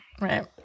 Right